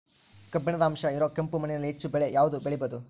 ಕಬ್ಬಿಣದ ಅಂಶ ಇರೋ ಕೆಂಪು ಮಣ್ಣಿನಲ್ಲಿ ಹೆಚ್ಚು ಬೆಳೆ ಯಾವುದು ಬೆಳಿಬೋದು?